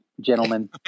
gentlemen